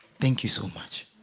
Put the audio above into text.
think you so much